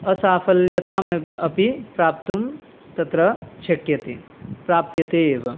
असाफल्यता अपि प्राप्तुं तत्र शक्यते प्राप्यते एव